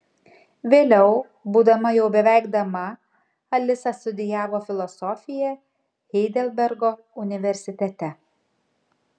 vėliau būdama jau beveik dama alisa studijavo filosofiją heidelbergo universitete